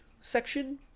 section